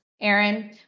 Aaron